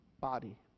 body